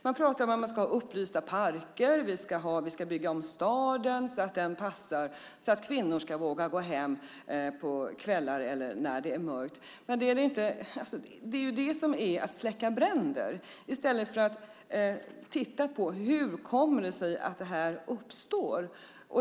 Man talar om upplysta parker och om att man ska bygga om staden så att kvinnor ska våga gå hem när det är mörkt. Det är ju det som är att släcka bränder, i stället för att se på hur det kommer sig att våldet mot kvinnor uppstår.